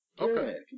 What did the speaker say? Okay